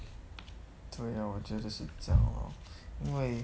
对 lor 我觉得是这样 lor 因为